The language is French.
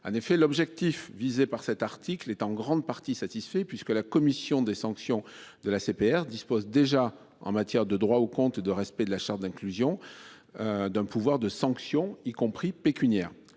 en effet l'objectif visé par cet article est en grande partie satisfaits puisque la commission des sanctions de l'ACPR dispose déjà en matière de droit au compte de respect de la charte d'inclusion. D'un pouvoir de sanction, y compris pécuniaires